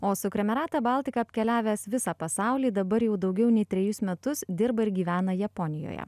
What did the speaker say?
o su kramerata baltika apkeliavęs visą pasaulį dabar jau daugiau nei trejus metus dirba ir gyvena japonijoje